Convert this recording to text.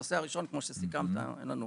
הנושא הראשון כמו שסיכמת אין לנו,